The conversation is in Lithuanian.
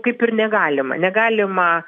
kaip ir negalima negalima